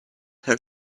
her